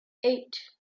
eight